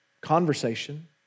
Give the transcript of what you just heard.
conversation